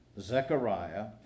Zechariah